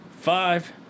five